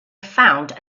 found